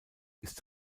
ist